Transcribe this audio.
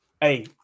Hey